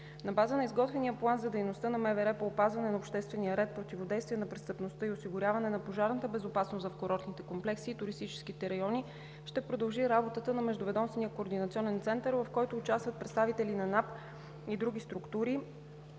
На база на изготвения план за дейността на МВР по опазване на обществения ред и противодействие на престъпността, и осигуряване на пожарната безопасност в курортните комплекси и туристическите райони ще продължи работата на Междуведомствения координационен център, в който участват представители на НАП и други структури,